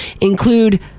include